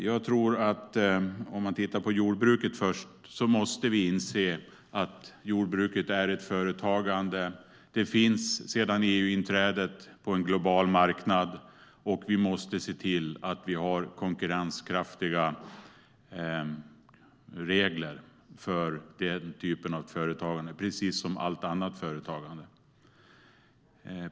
Om man först tittar på jordbruket måste vi inse att jordbruket är ett företagande. Det finns sedan EU-inträdet på en global marknad, och vi måste se till att vi har konkurrenskraftiga regler för denna typ av företagande precis som för allt annat företagande.